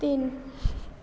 तिन